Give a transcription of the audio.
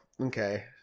okay